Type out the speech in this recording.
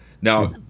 now